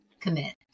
commit